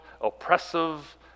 oppressive